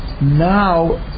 Now